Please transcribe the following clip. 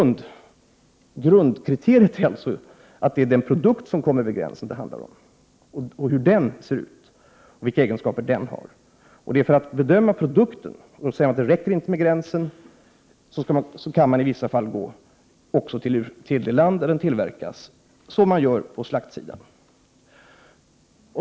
Men grundregeln är att det är den produkt som kommer över gränsen det handlar om, hur den ser ut och vilka egenskaper den har. För att bedöma produkten kan man också gå till ursprungslandet, som det görs på slakterisidan, om man menar att det inte räcker med kontroll vid gränsen.